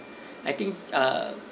I think uh